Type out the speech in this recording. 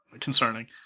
concerning